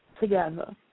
together